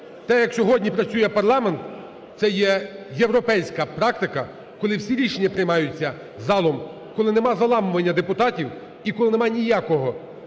Те, як сьогодні працює парламент, це є європейська практика, коли всі рішення приймаються залом, коли нема заламування депутатів і коли немає ніякого